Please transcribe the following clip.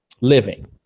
living